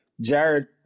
Jared